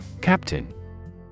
Captain